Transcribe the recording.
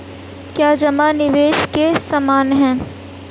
क्या जमा निवेश के समान है?